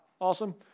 awesome